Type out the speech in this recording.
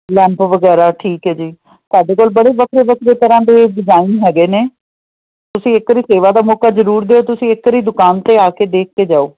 lamp ਵਗੈਰਾ ਠੀਕ ਹੈ ਜੀ ਸਾਡੇ ਕੋਲ ਬੜੇ ਵੱਖਰੇ ਵੱਖਰੇ ਤਰ੍ਹਾਂ ਦੇ ਡਿਜ਼ਾਇਨ ਹੈਗੇ ਨੇ ਤੁਸੀਂ ਇੱਕ ਵਾਰੀ ਸੇਵਾ ਦਾ ਮੌਕਾ ਜ਼ਰੂਰ ਦਿਓ ਤੁਸੀਂ ਇੱਕ ਵਾਰੀ ਦੁਕਾਨ 'ਤੇ ਆ ਕੇ ਦੇਖ ਕੇ ਜਾਓ